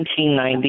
1990